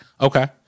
Okay